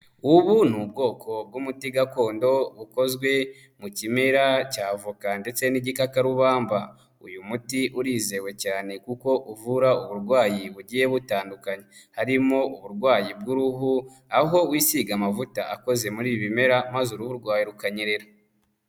Ubu ni ubwoko bw'umuti gakondo bukozwe mu kimera cya avoka ndetse n'igitakakarubamba, uyu muti urizewe cyane kuko uvura uburwayi bugiye butandukanye, harimo uburwayi bw'uruhu, aho wisiga amavuta akoze muri ibi bimera maze uruhu rwawe rukanyerera.